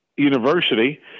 university